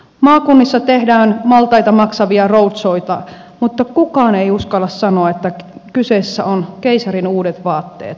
maakunnissa tehdään maltaita maksavia roadshowita mutta kukaan ei uskalla sanoa että kyseessä on keisarin uudet vaatteet